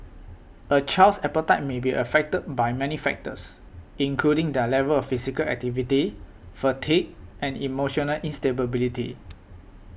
a child's appetite may be affected by many factors including their level of physical activity fatigue and emotional instability